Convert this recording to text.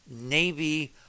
Navy